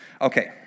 Okay